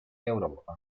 europa